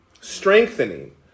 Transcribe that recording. strengthening